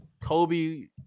kobe